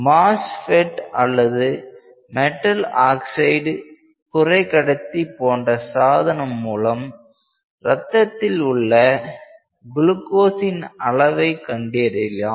MOSFET அல்லது metal oxide குறைகடத்தி போன்ற சாதனம் மூலம் ரத்தத்தில் உள்ள குளுக்கோஸின் அளவை கண்டறியலாம்